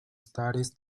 studies